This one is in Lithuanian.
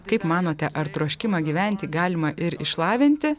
kaip manote ar troškimą gyventi galima ir išlavinti